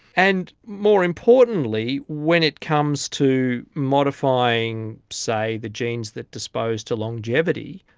and more importantly, when it comes to modifying, say, the genes that dispose to longevity,